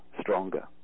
stronger